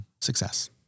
success